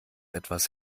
etwas